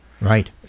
Right